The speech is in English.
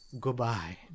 Goodbye